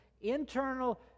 internal